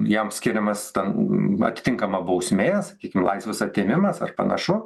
jam skiriamas ten atitinkama bausmė sakykim laisvės atėmimas ar panašu